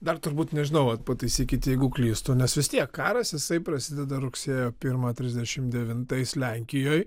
dar turbūt nežinau vat pataisykit jeigu klystu nes vis tiek karas jisai prasideda rugsėjo pirmą trisdešimt devintais lenkijoj